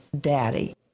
daddy